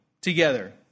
together